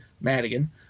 Madigan